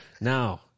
Now